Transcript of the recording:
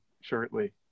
shortly